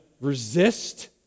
resist